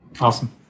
Awesome